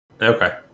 Okay